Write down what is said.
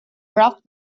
braucht